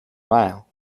mile